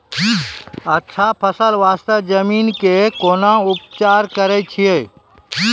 अच्छा फसल बास्ते जमीन कऽ कै ना उपचार करैय छै